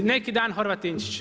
I neki dan Horvatinčić.